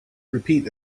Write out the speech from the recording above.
repeat